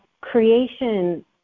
creation